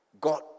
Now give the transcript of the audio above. God